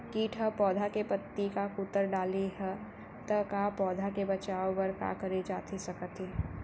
किट ह पौधा के पत्ती का कुतर डाले हे ता पौधा के बचाओ बर का करे जाथे सकत हे?